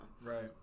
Right